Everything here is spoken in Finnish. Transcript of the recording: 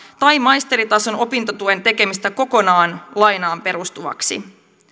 tai maisteritason opintotuen tekemistä kokonaan lainaan perustuvaksi